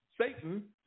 Satan